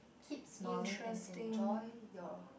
keep smiling and enjoy your